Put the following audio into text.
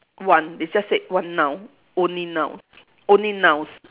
one they just said one noun only nouns only nouns